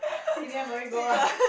senior no need go ah